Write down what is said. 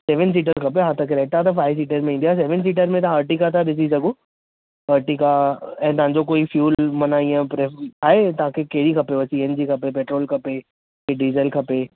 seven seater खपे हा त क्रेटा त फाइव सीटर में ईंदी आहे सेवन सीटर में त अरटीका था ॾिसी सघो अरटीका ऐं तव्हां जो कोई फ्यूल माना हीअं आहे तव्हां खे कहिड़ी खपेव सी एन जी खपे पेट्रोल खपे के डीजल खपे